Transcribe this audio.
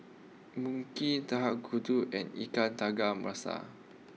Mui Kee and Ikan Tiga Rasa